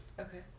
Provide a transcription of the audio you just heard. Okay